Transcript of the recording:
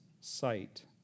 sight